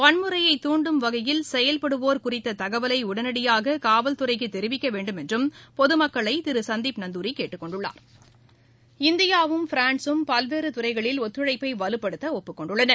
வன்முறையை தூண்டும் வகையில் செயல்படுவோர் குறித்த தகவலை உடனடியாக காவல்துறைக்கு தெரிவிக்கவேண்டும் என்றும் பொதமக்களை திரு சந்தீப் நந்தூரி கேட்டுக்கொண்டுள்ளார் இந்தியாவும் பிரான்சும் பல்வேறு துறைகளில் ஒத்துழைப்பை வலுப்படுத்த ஒப்புக்கொண்டுள்ளன